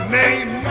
name